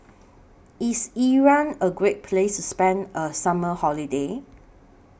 IS Iran A Great Place to spend A Summer Holiday